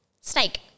Snake